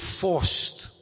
forced